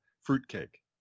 fruitcake